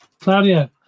Claudio